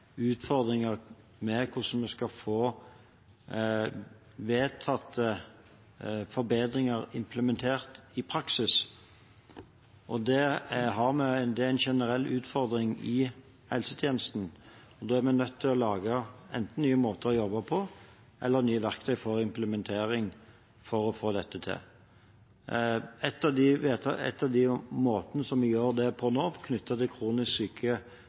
utfordringer med hvordan vi skal få vedtatte forbedringer implementert i praksis, og det er en generell utfordring i helsetjenesten. Vi er nødt til å lage enten nye måter å jobbe på eller nye verktøy for implementering for å få dette til. En av de måtene vi gjør det på nå knyttet til kronisk